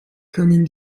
können